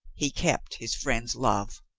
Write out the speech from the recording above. he kept his friend's love.